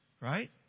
right